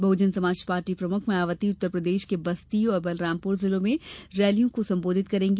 बहुजन Samaj Party प्रमुख मायावती उत्तरप्रदेश के बस्ती और बलरामपुर जिलों में रैलियों को संबोधित करेंगी